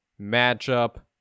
matchup